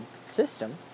system